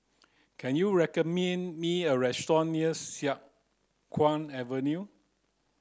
can you me a restaurant near Siang Kuang Avenue